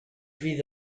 fydd